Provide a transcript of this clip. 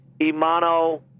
Imano